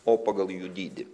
o pagal jų dydį